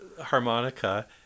harmonica